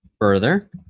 further